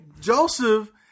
Joseph